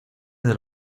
del